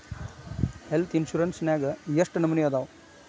Health insurance ನ್ಯಾಗ್ ಯೆಷ್ಟ್ ನಮನಿ ಅದಾವು?